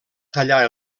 tallar